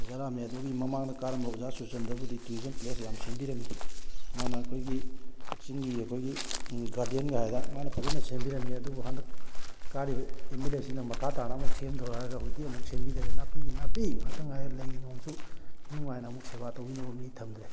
ꯑꯣꯖꯤ ꯔꯥꯃꯦꯗꯨꯒꯤ ꯃꯃꯥꯡꯗ ꯀꯥꯔꯝꯕ ꯑꯣꯖꯥ ꯁꯨꯔꯆꯟꯗ꯭ꯔꯕꯨꯗꯤ ꯇꯨꯔꯤꯖꯝ ꯄ꯭ꯂꯦꯁ ꯌꯥꯝ ꯁꯦꯝꯕꯤꯔꯝꯃꯤ ꯃꯥꯅ ꯑꯩꯈꯣꯏꯒꯤ ꯀꯛꯆꯤꯡꯒꯤ ꯑꯩꯈꯣꯏꯒꯤ ꯒꯥꯔꯗꯦꯟꯒꯥꯏꯗꯅ ꯃꯥꯅ ꯐꯖꯅ ꯁꯦꯝꯕꯤꯔꯝꯃꯤ ꯑꯗꯨꯕꯨ ꯍꯟꯗꯛ ꯀꯥꯔꯤꯕ ꯑꯦꯝ ꯑꯦꯜ ꯑꯦꯁꯤꯅ ꯃꯈꯥ ꯇꯥꯅ ꯑꯃꯨꯛ ꯁꯦꯝꯗꯧꯔꯥ ꯍꯥꯏꯔꯒ ꯍꯧꯖꯤꯛꯇꯤ ꯑꯃꯨꯛ ꯁꯦꯝꯕꯤꯗꯔꯦ ꯅꯥꯄꯤꯒꯤ ꯅꯥꯄꯤ ꯉꯥꯛꯇ ꯉꯥꯏꯔꯦ ꯂꯩ ꯅꯣꯡꯁꯨ ꯏꯪꯊꯤ ꯅꯨꯉꯥꯏꯅ ꯑꯃꯨꯛ ꯁꯦꯕꯥ ꯇꯧꯕꯤꯅꯕ ꯃꯤ ꯊꯝꯗ꯭ꯔꯦ